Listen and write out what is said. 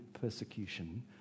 persecution